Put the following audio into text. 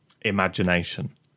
imagination